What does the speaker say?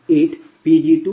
00008Pg22 ಆಗಿದೆ